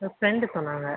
என் friend சொன்னாங்க